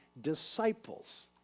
disciples